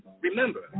Remember